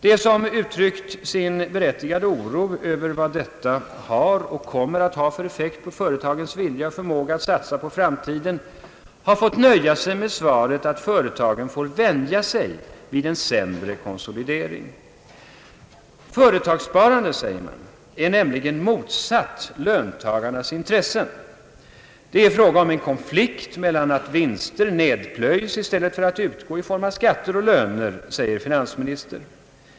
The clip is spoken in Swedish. De som uttryckt sin berättigade oro över vad detta har och kommer att ha för effekt på företagens vilja och förmåga att satsa på framtiden, har fått nöja sig med svaret att företagen får vänja sig vid en sämre konsolidering. Företagssparandet, säger man, står nämligen i motsättning till löntagarnas intressen. Det är fråga om en konflikt mellan att vinster nedplöjs i företagen eller utgår i form av skatter och löner, säger finansministern.